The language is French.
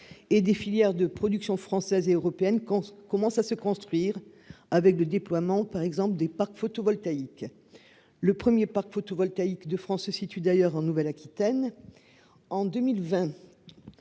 et des filières de production française et européenne qu'on commence à se construire avec le déploiement par exemple des parcs photovoltaïques le 1er parc photovoltaïque de France se situe d'ailleurs en Nouvelle Aquitaine en 2020